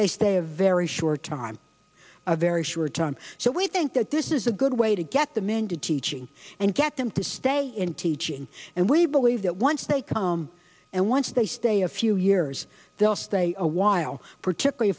they stay a very short time a very short time so we think that this is a good way to get the men to teaching and get them to stay in teaching and we believe that once they come and once they stay a few years they'll stay a while particular